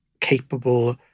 capable